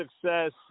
success